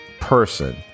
person